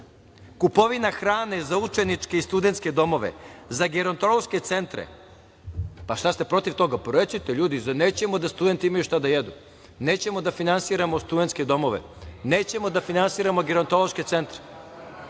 Kupovina hrane za učeničke i studentske domove, za gerontološke centre. Pa šta ste protiv toga? Recite, ljudi – nećemo da studenti imaju šta da jedu, nećemo da finansiramo studentske domove, nećemo da finansiramo gerontološke centre